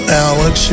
alex